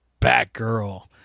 Batgirl